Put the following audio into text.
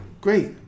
great